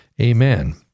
Amen